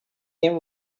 them